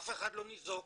אף אחד לא ניזוק.